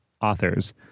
authors